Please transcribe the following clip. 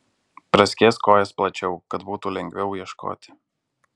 praskėsk kojas plačiau kad būtų lengviau ieškoti